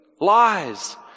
lies